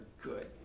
good